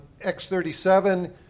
X-37